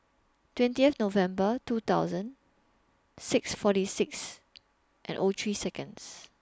twentieth November two thousand six forty six and O three Seconds